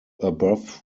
above